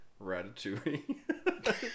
Ratatouille